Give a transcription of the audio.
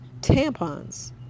tampons